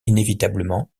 inévitablement